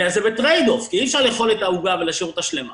וזה בטרייד-אוף כי אי אפשר לאכול את העוגה ולהשאיר אותה שלמה.